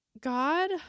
God